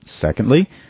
Secondly